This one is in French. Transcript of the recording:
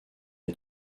est